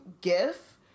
gif